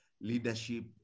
leadership